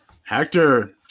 Hector